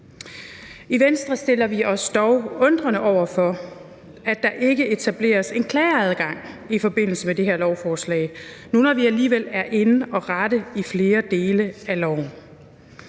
I Venstre stiller vi os dog undrende over for, at der ikke etableres en klageadgang i forbindelse med det her lovforslag, når nu vi alligevel er inde at rette i flere dele af loven.